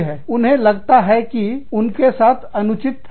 लेकिन उन्हें लगता है कि उनके साथ अनुचित है